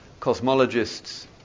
cosmologists